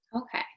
Okay